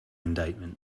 indictment